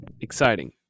exciting